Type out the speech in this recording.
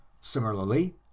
similarly